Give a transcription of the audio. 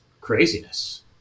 craziness